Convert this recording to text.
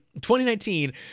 2019